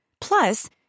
Plus